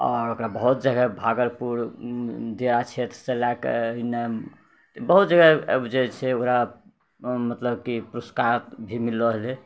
आओर ओकरा बहुत जगह भागलपुर डेरा क्षेत्रसँ लऽ कऽ एन्ने बहुत जगह जे छै ओकरा मतलब कि पुरस्कार भी मिललऽ रहै